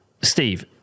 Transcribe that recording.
Steve